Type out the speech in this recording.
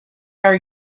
are